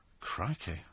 Crikey